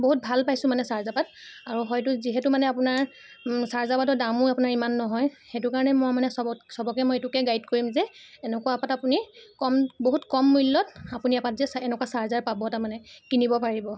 বহুত ভাল পাইছোঁ মানে চাৰ্জাৰপাত আৰু হয়তো যিহেতু আপোনাৰ চাৰ্জাৰপাতৰ দামো অপোনাৰ ইমান নহয় সেইটো কাৰণে মই মানে চবক চবকে মই এইটোকে গাইড কৰিম যে এনেকুৱা এপাত আপুনি কম বহুত কম মূল্যত আপুনি এপাত যে এনেকুৱা চাৰ্জাৰ পাব তাৰমানে কিনিব পাৰিব